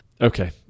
Okay